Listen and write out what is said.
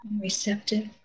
receptive